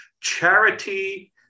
charity